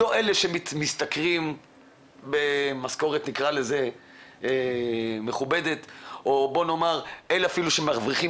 לא אלה שמשתכרים משכורת מכובדת או אלה שמרוויחים